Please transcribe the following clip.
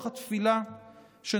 ברוח התפילה שנשאת,